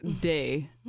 Day